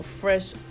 fresh